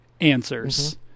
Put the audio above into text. answers